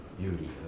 beauty